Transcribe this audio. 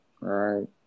Right